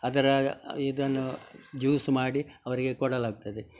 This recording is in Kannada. ಅದರ ಇದನ್ನು ಜ್ಯೂಸ್ ಮಾಡಿ ಅವರಿಗೆ ಕೊಡಲಾಗ್ತದೆ